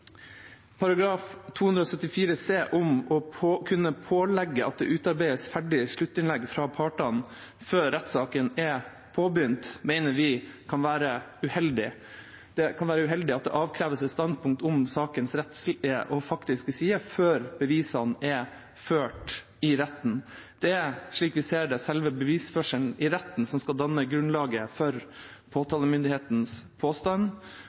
274 c, om å kunne pålegge at det utarbeides ferdige sluttinnlegg fra partene før rettssaken er påbegynt, mener vi kan være uheldig. Det kan være uheldig at det avkreves et standpunkt om sakens rettslige og faktiske sider før bevisene er ført i retten. Det er, slik vi ser det, selve bevisførselen i retten som skal danne grunnlaget for påtalemyndighetens påstand,